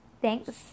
thanks